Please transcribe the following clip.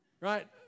Right